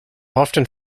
often